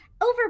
over